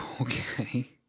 Okay